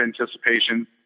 anticipation